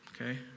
okay